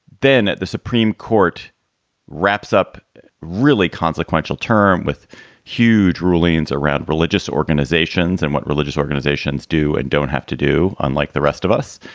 then at the supreme court wraps up really consequential term with huge rulings around religious organizations and what religious organizations do and don't have to do. unlike the rest of us,